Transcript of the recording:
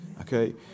Okay